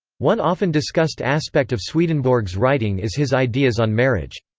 one often discussed aspect of swedenborg's writing is his ideas on marriage.